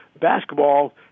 basketball